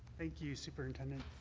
thank you, superintendent,